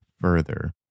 further